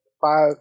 five